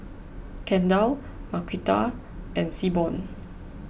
Kendall Marquita and Seaborn